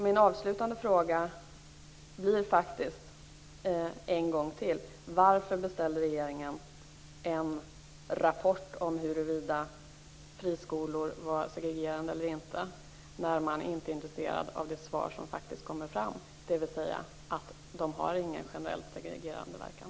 Min avslutande fråga blir en gång till: Varför beställde regeringen en rapport om huruvida friskolor var segregerande eller inte när den inte är intresserad av det svar som kommer fram, dvs. att friskolorna inte har någon generellt segregerande verkan?